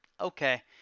okay